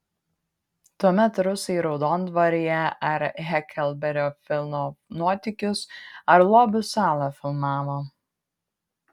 tuomet rusai raudondvaryje ar heklberio fino nuotykius ar lobių salą filmavo